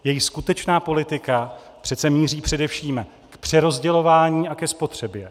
Jejich skutečná politika přece míří především k přerozdělování a ke spotřebě.